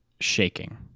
shaking